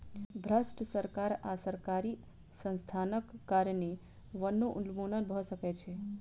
भ्रष्ट सरकार आ सरकारी संस्थानक कारणें वनोन्मूलन भ सकै छै